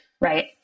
Right